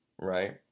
right